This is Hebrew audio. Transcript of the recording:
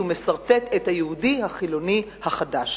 הוא מסרטט את היהודי החילוני החדש.